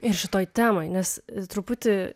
ir šitoj temoj nes truputį